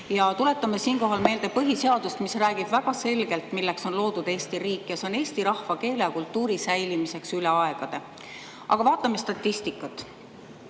Tuletame siinkohal meelde põhiseadust, mis räägib väga selgelt, milleks on loodud Eesti riik: see on eesti rahvuse, keele ja kultuuri säilimiseks üle aegade. Aga vaatame statistikat.